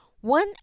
one